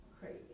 crazy